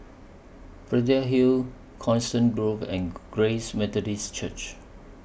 Braddell Hill Coniston Grove and Grace Methodist Church